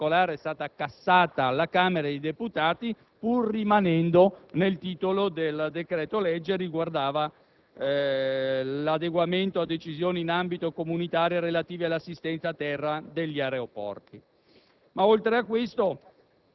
in particolare, è stata cassata alla Camera dei deputati (pur rimanendo nel titolo del provvedimento) e riguardava l'adeguamento a decisioni in ambito comunitario relative all'assistenza a terra negli aeroporti.